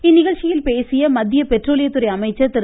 இந்நிகழ்ச்சியில் பேசிய மத்திய பெட்ரோலியத்துறை அமைச்சர் திரு